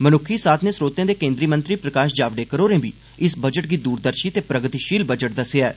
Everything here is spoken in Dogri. मनुक्खी साधने स्रोतें दे केन्द्री मंत्री प्रकाष जावडेकर होरें बी इस बजट गी दूरदर्षी ते प्रगतिषील दस्सेआ ऐ